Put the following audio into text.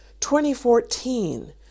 2014